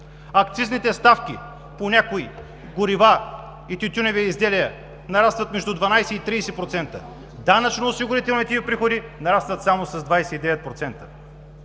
акцизните ставки по някои горива и тютюневи изделия нарастват между 12 и 30%, данъчноосигурителните приходи нарастват само с 29%.